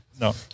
No